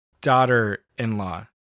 daughter-in-law